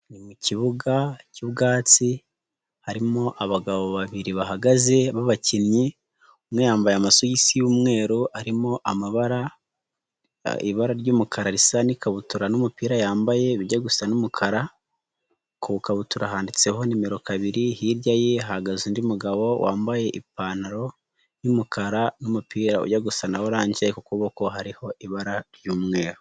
Ni mukibuga cy'ubwatsi harimo abagabo babiri bahagaze b'abakinnyi, umwe yambaye amasogisi yu'umweru arimo amabara, ibara ry'umukara risa n'ikabutura n'umupira yambaye bijya gusa n'umukara, kukabutura handitseho nimero kabiri, hirya ye hagaze undi mugabo wambaye ipantaro yumukara n'umupira ujya gu gusa na orange, kuboko hariho ibara ry'umweru.